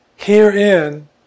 Herein